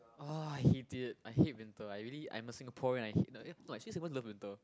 ah I hate it I hate winter I really I'm a Singaporean I hate eh no actually i'm supposed to love winter